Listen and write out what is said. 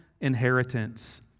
inheritance